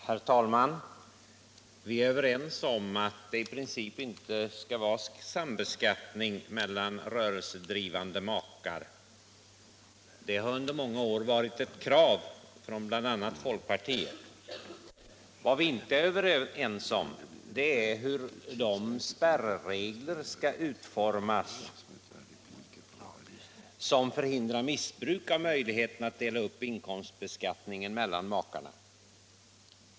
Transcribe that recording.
Herr talman! Vi är överens om att det i princip inte skall vara sambeskattning av rörelsedrivande makar. Det har under många år varit ett krav från bl.a. folkpartiet. Vad vi inte är överens om är hur de spärregler skall utformas som förhindrar missbruk av möjligheten att dela upp inkomstbeskattningen mellan makarna.